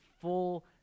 full